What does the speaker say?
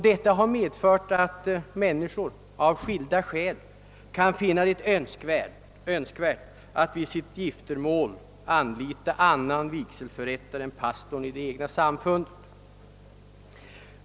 Deita har medfört att människor av skilda skäl kan finna det önskvärt att vid sitt giftermål anlita annan vigselförrättare än pastorn i det egna samfundet.